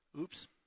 Oops